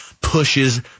pushes